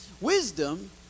Wisdom